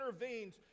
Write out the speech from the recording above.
intervenes